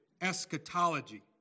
eschatology